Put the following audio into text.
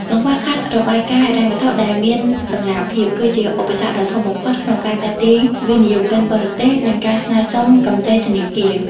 កង្វះខាតរបាយការណ៍ហិរញ្ញវត្ថុដែលមានតម្លាភាព គឺជាឧបសគ្គដ៏ធំបំផុតក្នុងការទាក់ទាញវិនិយោគិនបរទេស និងការស្នើសុំកម្ចីធនាគារ។